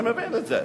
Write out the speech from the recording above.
אני מבין את זה,